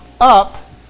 up